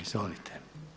Izvolite.